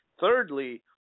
Thirdly